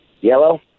yellow